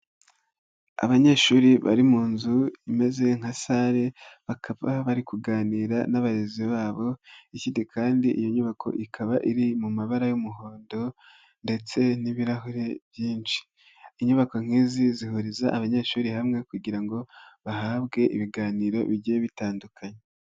Abanyeshuri bari muzu imeze nka sale, bakaba bari kuganira n'abayobozi babo, ikindi kandi iyo nyubako ikaba iri mu mabara y'umuhondo ndetse n'ibirahure byinshi, inyubako nk'izi zihuriza abanyeshuri hamwe kugira ngo bahabwe ibiganiro bigiye bitandukanye.